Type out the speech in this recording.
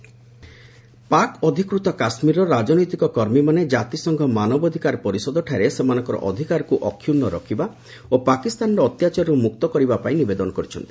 PoK human rights Pak ଅଧିକୂତ କାଶ୍ମୀରର ରାଜନୈତିକ କର୍ମୀମାନେ କାତିସଂଘ ମାନବାଧିକାର ପରିଷଦଠାରେ ସେମାନଙ୍କର ଅଧିକାରକୁ ଅକ୍ଷୁର୍ଣ୍ଣ ରଖିବା ଓ ପାକିସ୍ତାନର ଅତ୍ୟାଚାରରୁ ମୁକ୍ତ ହେବା ପାଇଁ ନିବେଦନ କରିଛନ୍ତି